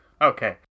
Okay